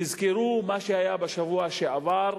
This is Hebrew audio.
תזכרו מה שהיה בשבוע שעבר,